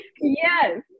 yes